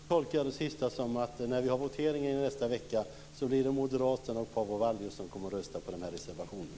Herr talman! Jag tolkar det sista så att när vi har votering i nästa vecka kommer moderaterna och Paavo Vallius att rösta på den här reservationen.